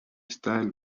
style